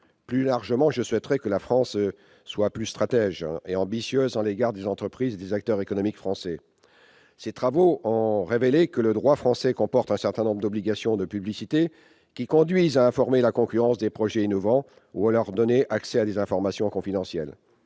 Plus largement, je souhaiterais que la France soit plus stratège et ambitieuse à l'égard des entreprises et des acteurs économiques français. Ces travaux ont révélé que le droit français comporte un certain nombre d'obligations de publicité qui conduisent à informer la concurrence de projets innovants ou à leur donner accès à des informations confidentielles.